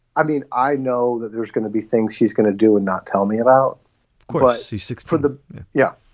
i mean, i know that there's gonna be things she's gonna do and not tell me about c six for the yeah,